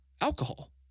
alcohol